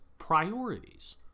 priorities